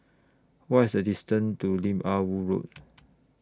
What IS The distance to Lim Ah Woo Road